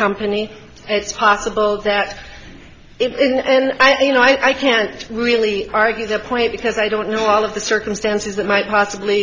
company it's possible that it and you know i can't really argue the point because i don't know all of the circumstances that might possibly